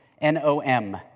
N-O-M